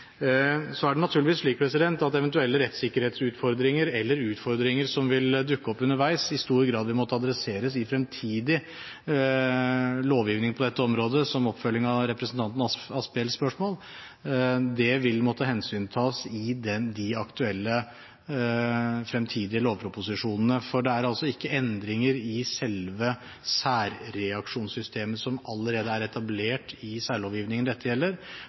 Så er det naturligvis slik at eventuelle rettssikkerhetsutfordringer eller utfordringer som vil dukke opp underveis, i stor grad vil måtte adresses i fremtidig lovgivning på dette området – som oppfølging av representanten Asphjells spørsmål. Det vil måtte hensyntas i de aktuelle fremtidige lovproposisjoner. For det er ikke endringer i selve særreaksjonssystemet som allerede er etablert i særlovgivningen, dette gjelder,